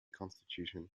constitution